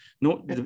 no